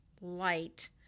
light